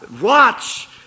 watch